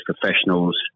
professionals